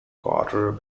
quarter